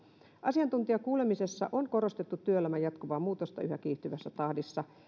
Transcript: asiantuntijakuulemisessa on korostettu työelämän jatkuvaa muutosta yhä kiihtyvässä tahdissa